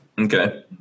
Okay